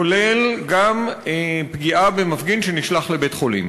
כולל גם פגיעה במפגין שנשלח לבית-חולים,